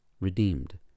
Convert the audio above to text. Redeemed